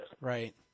Right